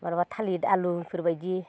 माब्लाबा थालिर आलुफोर बायदि